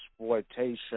exploitation